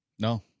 No